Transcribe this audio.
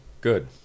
Good